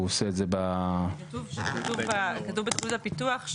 כתוב בתכנית הפיתוח,